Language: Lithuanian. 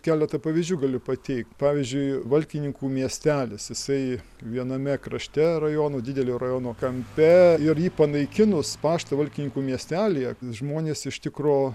keleta pavyzdžių galiu pateikt pavyzdžiui valkininkų miestelis jisai viename krašte rajono didelio rajono kampe ir jį panaikinus paštą valkininkų miestelyje žmonės iš tikro